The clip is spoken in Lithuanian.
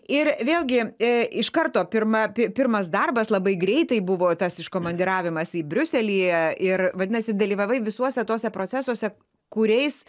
ir vėlgi iš karto pirma pi pirmas darbas labai greitai buvo tas iškomandiravimas į briuselyje ir vadinasi dalyvavai visuose tuose procesuose kuriais